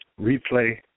replay